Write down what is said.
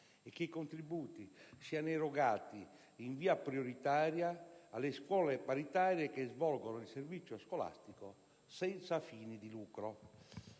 e che i contributi siano erogati, in via prioritaria, alle scuole paritarie che svolgono il servizio scolastico senza fini di lucro.